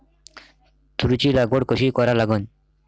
तुरीची लागवड कशी करा लागन?